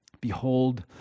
Behold